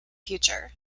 future